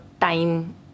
time